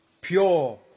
pure